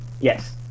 Yes